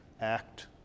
Act